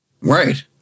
Right